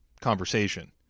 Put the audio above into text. conversation